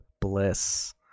Bliss